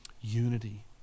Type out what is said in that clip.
unity